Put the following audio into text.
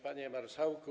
Panie Marszałku!